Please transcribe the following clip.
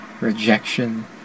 rejection